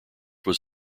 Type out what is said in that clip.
was